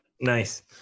Nice